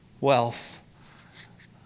wealth